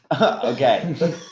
Okay